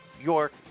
York